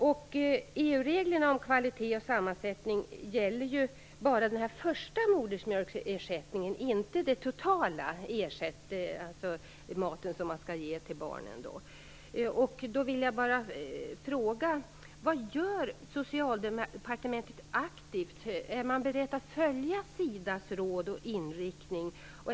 EU reglerna om kvalitet och sammansättning gäller bara den första modersmjölksersättningen, inte den mat som man totalt skall ge till barnen. Då vill jag fråga: Vad gör Socialdepartementet aktivt? Är man beredd att följa SIDA:s råd och inriktning?